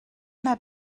that